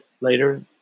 later